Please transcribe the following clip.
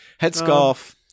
Headscarf